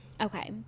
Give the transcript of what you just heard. Okay